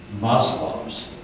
Muslims